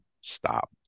stop